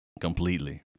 Completely